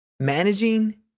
managing